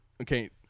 Okay